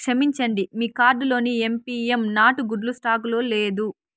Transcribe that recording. క్షమించండి మీ కార్డులోని ఎంపీఎం నాటు గుడ్లు స్టాకులో లేదు